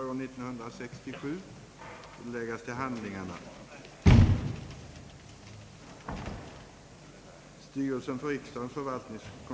Meddelande ang. enkel fråga rådet och chefen för socialdepartementet: »Avser Statsrådet att skyndsamt föranstalta om att tillförlitliga informationer delges allmänheten angående fiskkonsumtion ur hälsosynpunkt?»